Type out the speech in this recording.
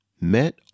Met